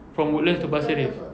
from woodlands to pasir ris